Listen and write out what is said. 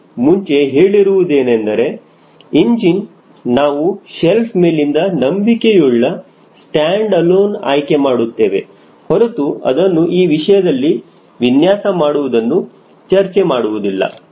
ನಾನು ಮುಂಚೆ ಹೇಳಿರುವುದೇನೆಂದರೆ ಇಂಜಿನ್ ನಾವು ಸೆಲ್ಫ್ ಮೇಲಿಂದ ನಂಬಿಕೆಯುಳ್ಳ ಸ್ಟ್ಯಾಂಡ್ ಅಲೋನ್ ಆಯ್ಕೆ ಮಾಡುತ್ತೇವೆ ಹೊರತು ಅದನ್ನು ಈ ವಿಷಯದಲ್ಲಿ ವಿನ್ಯಾಸ ಮಾಡುವುದನ್ನು ಚರ್ಚೆ ಮಾಡುವುದಿಲ್ಲ